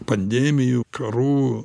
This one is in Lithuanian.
pandemijų karų